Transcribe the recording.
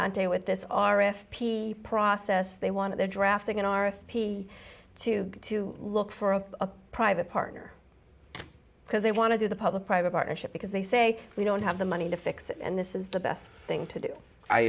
dante with this r f p process they want they're drafting an r f p to to look for a private partner because they want to do the public private partnership because they say we don't have the money to fix it and this is the best thing to do i